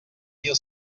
mil